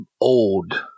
old